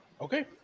Okay